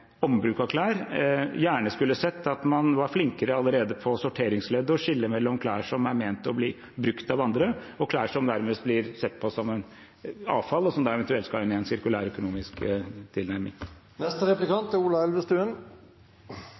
ombruk av klær, gjerne skulle sett at man allerede i sorteringsleddet var flinkere til å skille mellom klær som er ment å bli brukt av andre, og klær som nærmest blir sett på som avfall og da eventuelt skal inn i en sirkulærøkonomisk